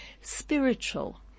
spiritual